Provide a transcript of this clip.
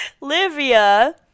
Livia